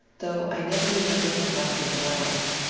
though i never remember him laughing aloud.